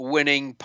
Winning